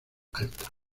alta